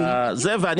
גם